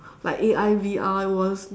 like A_I V_R was